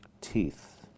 teeth